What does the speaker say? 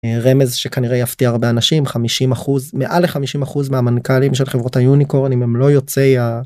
רמז שכנראה יפתיע הרבה אנשים 50% מעל 50% מהמנכ"לים של חברות היוניקורן אם הם לא יוצאי ה...